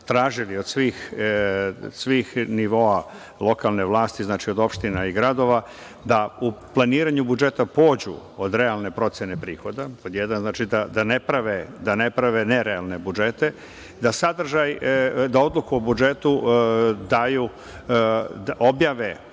od svih nivoa lokalne vlasti, znači, od opština i gradova da u planiranju budžeta pođu od realne procene prihoda, pod jedan, da ne prave nerealne budžete, da odluku o budžetu objave